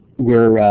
were